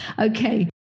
okay